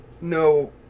no